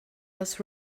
was